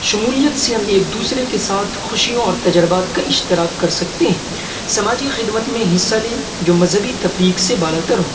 شمولیت سے ہم ایک دوسرے کے ساتھ خوشیوں اور تجربات کا اشتراک کر سکتے ہیں سماجی خدمت میں حصہ لیں جو مذہبی تفریق سے بالا تر ہو